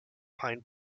pine